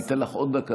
אני אתן לך עוד דקה,